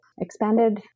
expanded